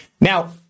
Now